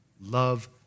love